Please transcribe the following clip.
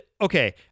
Okay